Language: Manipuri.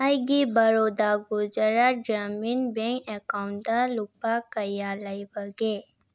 ꯑꯩꯒꯤ ꯕꯔꯣꯗꯥ ꯒꯨꯖꯥꯔꯥꯠ ꯒ꯭ꯔꯥꯃꯤꯟ ꯕꯦꯡ ꯑꯦꯀꯥꯎꯟꯗ ꯂꯨꯄꯥ ꯀꯌꯥ ꯂꯩꯕꯒꯦ